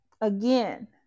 again